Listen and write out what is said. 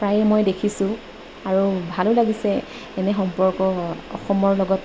প্ৰায়ে মই দেখিছোঁ আৰু ভালো লাগিছে এনে সম্পৰ্ক অসমৰ লগত